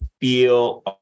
feel